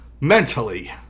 Mentally